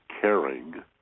caring